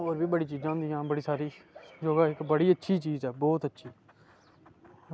होर बी बड़ी चीज़ां होंदियां बड़ी सारी योगा इक्क अच्छी चीज़ ऐ बहुत अच्छी